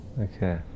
Okay